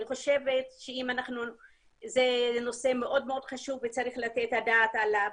אני חושבת שזה נושא מאוד מאוד חשוב וצריך לתת עליו את הדעת.